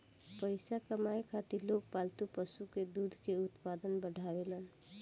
पइसा कमाए खातिर लोग पालतू पशु के दूध के उत्पादन बढ़ावेलन